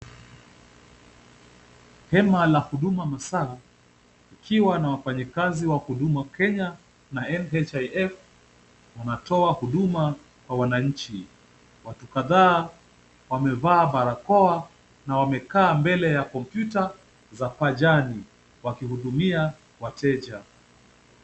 Hema la huduma masaa, likiwa na wafanyikazi wa Huduma Kenya na NHIF, wanatoa huduma kwa wananchi. Watu kadhaa wamevaa barakoa na wamekaa mbele za kompyuta za pajani wakihudumia wateja.